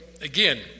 again